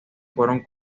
fueron